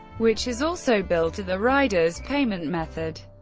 which is also billed to the rider's payment method.